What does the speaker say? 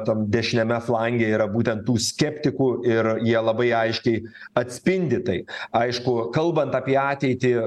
tam dešiniame flange yra būtent tų skeptikų ir jie labai aiškiai atspindi tai aišku kalbant apie ateitį